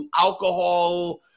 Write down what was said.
alcohol